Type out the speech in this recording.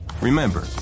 Remember